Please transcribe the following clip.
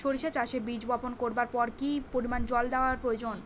সরিষা চাষে বীজ বপন করবার পর কি পরিমাণ জল দেওয়া প্রয়োজন?